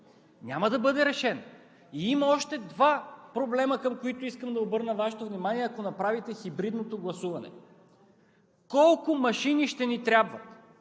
няма да бъде решен. Има и още два проблема, към които искам да обърна Вашето внимание, ако направите хибридно гласуване. Колко машини ще ни трябват?